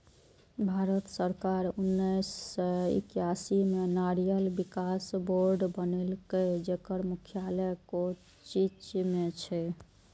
भारत सरकार उन्नेस सय एकासी मे नारियल विकास बोर्ड बनेलकै, जेकर मुख्यालय कोच्चि मे छै